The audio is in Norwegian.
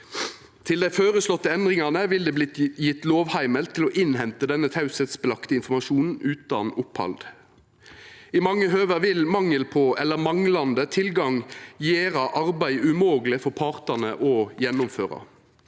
Til dei føreslåtte endringane vil det verta gjeve lovheimel til å innhenta denne teiepliktige informasjonen utan opphald. I mange høve vil mangel på eller manglande tilgang gjera arbeidet umogeleg for partane å gjennomføra.